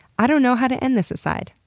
i don't know how to end this aside.